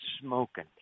smoking